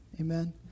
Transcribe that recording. Amen